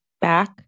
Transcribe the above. back